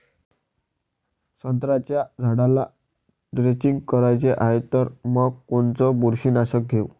संत्र्याच्या झाडाला द्रेंचींग करायची हाये तर मग कोनच बुरशीनाशक घेऊ?